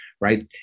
right